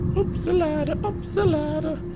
ups the ladder, ups the ladder.